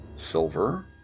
Silver